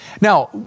Now